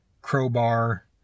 Crowbar